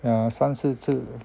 两三四次